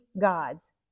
gods